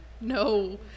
No